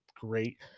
great